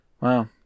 Wow